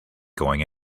going